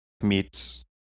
meets